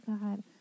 God